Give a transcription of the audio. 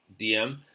DM